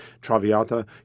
Traviata